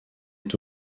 est